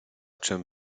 czem